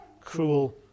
cruel